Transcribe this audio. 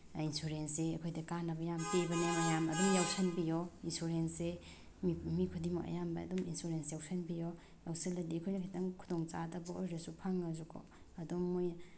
ꯏꯟꯁꯨꯔꯦꯟꯁꯁꯤ ꯑꯩꯈꯣꯏꯗ ꯀꯥꯟꯅꯕ ꯌꯥꯝꯅ ꯄꯤꯕꯅꯦ ꯃꯌꯥꯝ ꯑꯗꯨꯝ ꯌꯥꯎꯁꯤꯟꯕꯤꯌꯣ ꯏꯟꯁꯨꯔꯦꯟꯁꯁꯤ ꯃꯤ ꯈꯨꯗꯤꯡꯃꯛ ꯑꯌꯥꯝꯕ ꯑꯗꯨꯝ ꯏꯟꯁꯨꯔꯦꯟꯁ ꯌꯥꯎꯁꯤꯟꯕꯤꯌꯣ ꯌꯥꯎꯁꯤꯜꯂꯗꯤ ꯑꯩꯈꯣꯏꯅ ꯈꯤꯇꯪ ꯈꯨꯗꯣꯡꯆꯥꯗꯕ ꯑꯣꯏꯔꯁꯨ ꯐꯪꯉꯁꯨꯀꯣ ꯑꯗꯨꯝ ꯃꯣꯏ